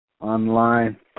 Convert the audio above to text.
online